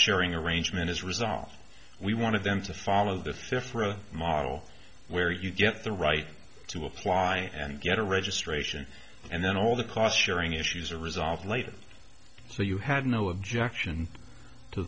sharing arrangement is resolved we wanted them to follow the fifth model where you get the right to apply and get a registration and then all the cost sharing issues are resolved later so you have no objection to